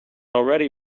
already